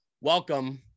Welcome